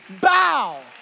bow